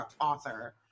author